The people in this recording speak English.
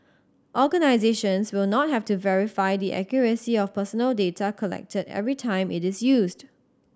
organisations will not have to verify the accuracy of personal data collected every time it is used